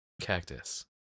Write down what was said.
Cactus